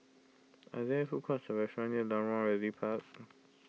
are there food courts or near Lorong one Realty Park